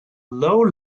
low